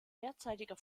derzeitiger